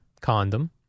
condom